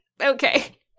okay